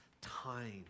time